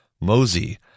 Mosey